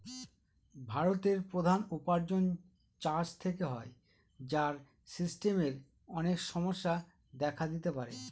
ভারতের প্রধান উপার্জন চাষ থেকে হয়, যার সিস্টেমের অনেক সমস্যা দেখা দিতে পারে